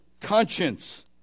conscience